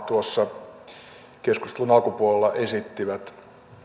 tuossa keskustelun alkupuolella esittivät